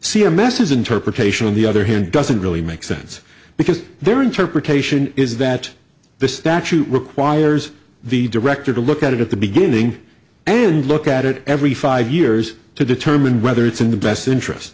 is interpretation on the other hand doesn't really make sense because their interpretation is that the statute requires the director to look at it at the beginning and look at it every five years to determine whether it's in the best interest